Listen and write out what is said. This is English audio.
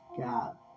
God